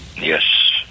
Yes